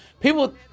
people